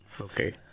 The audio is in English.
Okay